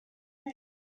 mean